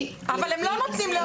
אבל הם לא נותנים.